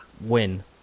win